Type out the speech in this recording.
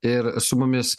ir su mumis